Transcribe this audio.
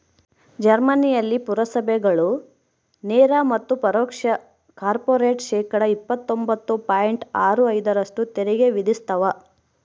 ಜರ್ಮನಿಯಲ್ಲಿ ಪುರಸಭೆಗಳು ನೇರ ಮತ್ತು ಪರೋಕ್ಷ ಕಾರ್ಪೊರೇಟ್ ಶೇಕಡಾ ಇಪ್ಪತ್ತೊಂಬತ್ತು ಪಾಯಿಂಟ್ ಆರು ಐದರಷ್ಟು ತೆರಿಗೆ ವಿಧಿಸ್ತವ